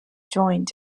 joined